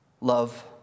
love